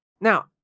now